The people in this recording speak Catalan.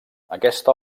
aquesta